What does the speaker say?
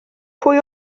pwy